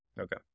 Okay